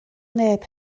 neb